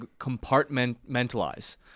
compartmentalize